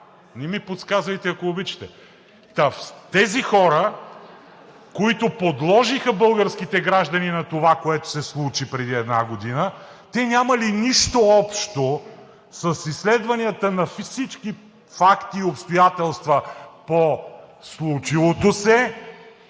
Не ми подсказвайте, ако обичате. Та тези хора, които подложиха българските граждани на онова, което се случи преди една година, нямали нищо общо с изследванията на всички факти и обстоятелства по случилото се,